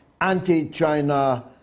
anti-China